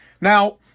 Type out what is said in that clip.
Now